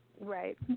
Right